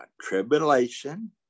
tribulation